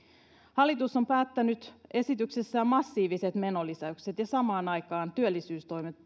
hallitus on päättänyt esityksessään massiiviset menolisäykset ja samaan aikaan työllisyystoimet